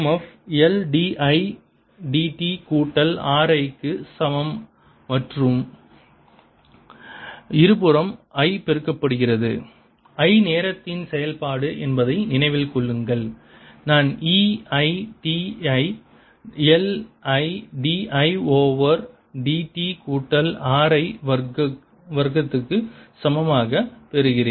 F L dI dt கூட்டல் RI க்கு சமம் மற்றும் இருபுறமும் I பெருக்கப்படுகிறது I நேரத்தின் செயல்பாடு என்பதை நினைவில் கொள்ளுங்கள் நான் e I t ஐ L I dI over dt கூட்டல் RI வர்க்கம் க்கு சமமாக பெறுகிறேன்